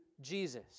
Jesus